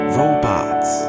robots